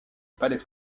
palais